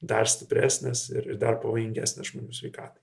dar stipresnės ir dar pavojingesnės žmonių sveikatai